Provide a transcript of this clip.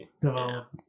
develop